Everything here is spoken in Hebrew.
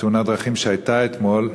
תאונת דרכים שהייתה אתמול.